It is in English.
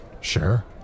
Sure